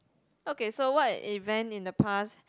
okay so what event in the past